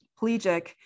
paraplegic